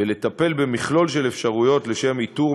ולטפל במכלול של אפשרויות לשם איתור,